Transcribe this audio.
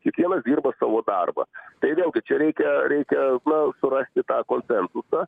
kiekvienas dirba savo darbą tai vėlgi čia reikia reikia na susirasti tą koncentusą